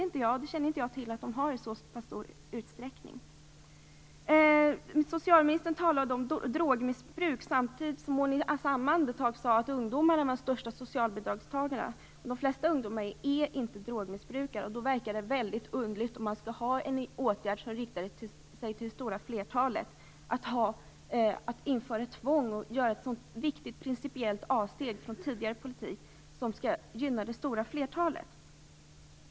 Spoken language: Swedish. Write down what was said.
Jag känner inte till att de har det i så stor utsträckning. Socialministern talade om drogmissbruk och sade i samma andetag att ungdomar är de största socialbidragstagarna. Men de flesta ungdomar är inte drogmissbrukare, och det verkar därför vara väldigt underligt att mot det stora flertalet införa en tvångsåtgärd, något som är ett viktigt principiellt avsteg från en tidigare politik.